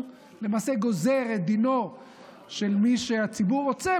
הוא למעשה גוזר את דינו של מי שהציבור רוצה